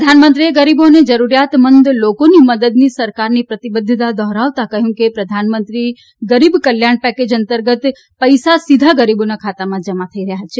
પ્રધાનમંત્રીએ ગરીબો અને જરૂરતમંદો લોકોની મદદની સરકારની પ્રતિબધ્ધતા દોહરાવતા કહ્યું હતું કે પ્રધાનમંત્રી ગરીબ કલ્યાણ પેકેજ અંતર્ગત પૈસા સીધા ગરીબોના ખાતામાં જમા થઇ રહયાં છે